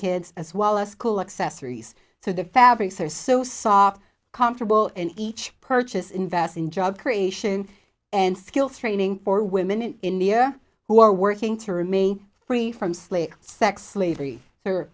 kids as well as school accessories so the fabrics are so soft comfortable and each purchase invest in job creation and skill training for women in india who are working to remain free from slave sex slavery or